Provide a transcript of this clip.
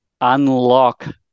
unlock